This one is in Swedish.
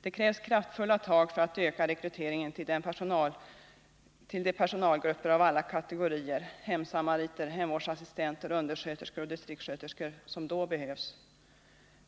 Det krävs kraftfulla tag för att öka rekryteringen till de personalgrupper av alla kategorier — hemsamariter, hemvårdsassistenter, undersköterskor och distriktssköterskor — som då behövs.